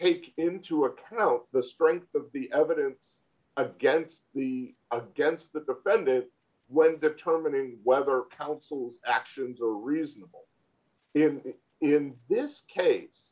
take into account the strength of the evidence against the against the defendant when determining whether counsel's actions are reasonable in this case